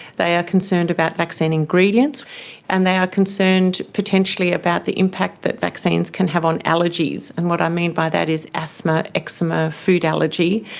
they are concerned about vaccine ingredients and they are concerned potentially about the impact that vaccines can have on allergies. and what i mean by that is asthma, eczema, food allergy.